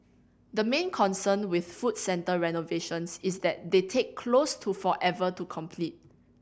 the main concern with food centre renovations is that they take close to forever to complete